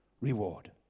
reward